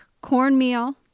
cornmeal